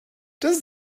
does